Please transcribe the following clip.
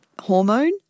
hormone